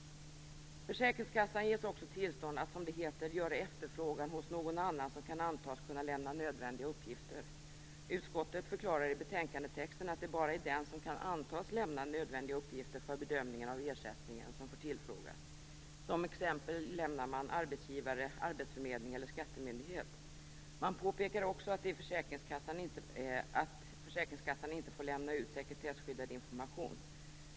Försäkringskasssan ges också tillstånd att som det heter "göra efterfrågan hos någon annan som kan antas kunna lämna nödvändiga uppgifter." Utskottet förklarar i betänkandetexten att det bara är den som kan antas lämna nödvändiga uppgifter för bedömningen av ersättningen som får tillfrågas. Som exempel nämner man arbetsgivare, arbetsförmedling eller skattemyndighet. Man påpekar också att försäkringskassan inte får lämna ut sekretesskyddad information.